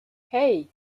hey